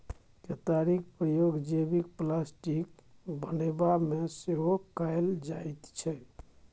केतारीक प्रयोग जैबिक प्लास्टिक बनेबामे सेहो कएल जाइत छै